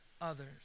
others